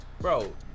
Bro